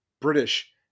British